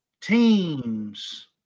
teams